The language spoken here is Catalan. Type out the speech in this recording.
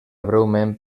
breument